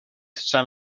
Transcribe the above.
san